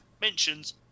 mentions